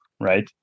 right